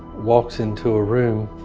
walks into a room